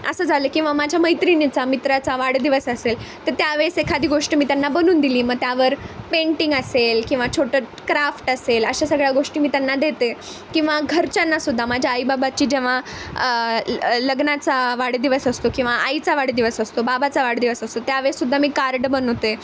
असं झालं किंवा माझ्या मैत्रिणीचा मित्राचा वाढदिवस असेल तर त्यावेळेस एखादी गोष्ट मी त्यांना बनवून दिली मग त्यावर पेंटिंग असेल किंवा छोटं क्राफ्ट असेल अशा सगळ्या गोष्टी मी त्यांना देते किंवा घरच्यांना सुद्धा माझ्या आईबाबाची जेव्हा लग्नाचा वाढदिवस असतो किंवा आईचा वाढदिवस असतो बाबाचा वाढदिवस असतो त्यावेळेस सुद्धा मी कार्ड बनवते